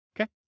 Okay